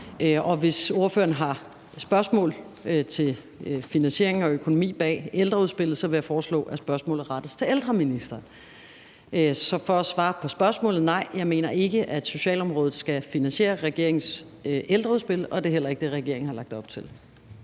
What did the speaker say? Hvis ordføreren har spørgsmål til finansieringen og økonomien bag ældreudspillet, vil jeg foreslå, at spørgsmålet rettes til ældreministeren. Så for at svare på spørgsmålet: Nej, jeg mener ikke, at socialområdet skal finansiere regeringens ældreudspil, og det er heller ikke det, regeringen har lagt op til.